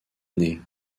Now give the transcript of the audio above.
année